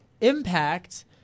impact